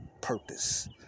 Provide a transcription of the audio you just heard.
purpose